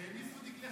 שהניפו דגלי חמאס.